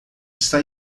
está